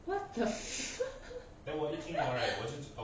what the fu~